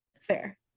Fair